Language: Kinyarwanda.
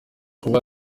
kuba